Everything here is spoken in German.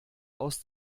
aus